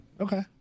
Okay